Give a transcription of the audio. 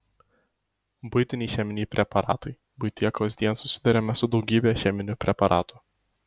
buitiniai cheminiai preparatai buityje kasdien susiduriame su daugybe cheminių preparatų